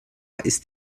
ist